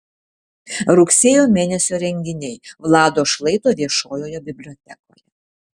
rugsėjo mėnesio renginiai vlado šlaito viešojoje bibliotekoje